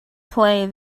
play